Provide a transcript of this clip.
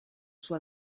suo